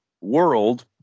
world